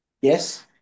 Yes